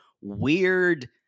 weird